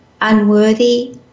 unworthy